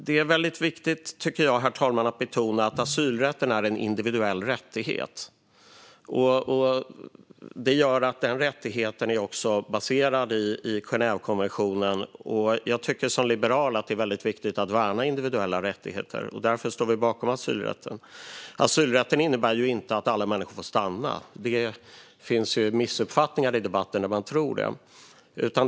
Det är viktigt att betona att asylrätten är en individuell rättighet som är baserad på Genèvekonventionen. Vi liberaler tycker att det är väldigt viktigt att värna individuella rättigheter. Därför står vi bakom asylrätten. Asylrätten innebär inte att alla människor får stanna, vilket det ibland råder missuppfattningar om i debatten.